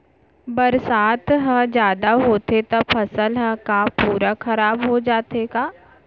बरसात ह जादा होथे त फसल ह का पूरा खराब हो जाथे का?